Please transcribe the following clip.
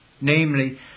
namely